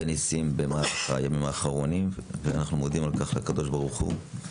נסים במהלך הימים האחרונים ואנחנו מודים על כך לקב"ה.